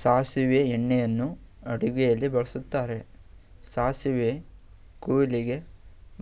ಸಾಸಿವೆ ಎಣ್ಣೆಯನ್ನು ಅಡುಗೆಯಲ್ಲಿ ಬಳ್ಸತ್ತರೆ, ಸಾಸಿವೆ ಕುಯ್ಲಿಗೆ